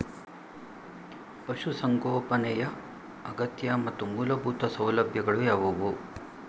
ಪಶುಸಂಗೋಪನೆಯ ಅಗತ್ಯ ಮತ್ತು ಮೂಲಭೂತ ಸೌಲಭ್ಯಗಳು ಯಾವುವು?